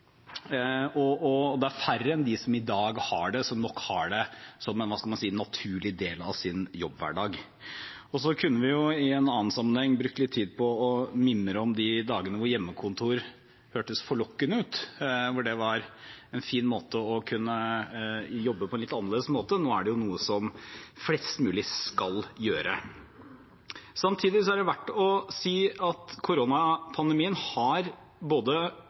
og det er færre enn dem som i dag har det, som nok har det som – hva skal man si – en naturlig del av sin jobbhverdag. I en annen sammenheng kunne vi brukt litt tid på å mimre om de dagene da hjemmekontor hørtes forlokkende ut, da det var en fin måte å kunne jobbe på en litt annerledes måte. Nå er det jo noe flest mulig skal gjøre. Samtidig er det verdt å si at koronapandemien har vist frem både